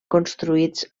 construïts